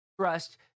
trust